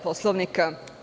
Poslovnika.